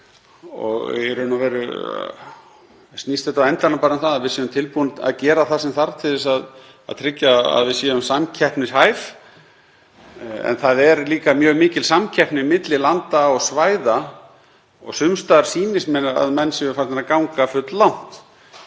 verið. Í raun og veru snýst þetta á endanum bara um það að við séum tilbúin að gera það sem þarf til að tryggja að við séum samkeppnishæf. En það er líka mjög mikil samkeppni milli landa og svæða og sums staðar sýnist mér að menn séu farnir að ganga fulllangt.